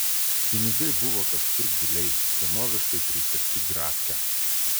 pinigai buvo kažkur giliai senoviškai prisegti grafke